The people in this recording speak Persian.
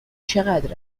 چقدر